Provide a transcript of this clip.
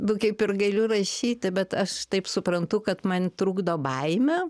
nu kaip ir galiu rašyti bet aš taip suprantu kad man trukdo baimė